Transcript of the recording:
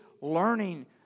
learning